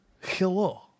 Hello